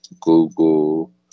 Google